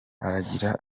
aragira